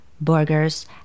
burgers